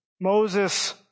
Moses